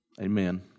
Amen